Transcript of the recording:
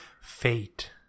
Fate